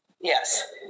Yes